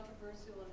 controversial